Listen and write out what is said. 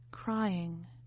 Crying